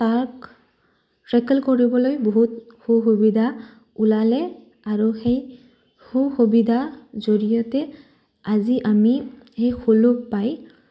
তাৰ টেকেল কৰিবলৈ বহুত সু সুবিধা ওলালে আৰু সেই সু সুবিধাৰ জৰিয়তে আজি আমি সেই সুলভ পাই